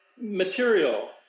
material